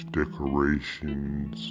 decorations